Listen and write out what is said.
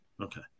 okay